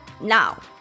now